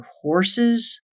horses